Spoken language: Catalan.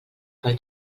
pel